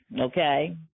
Okay